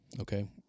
okay